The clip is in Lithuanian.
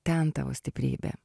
ten tavo stiprybė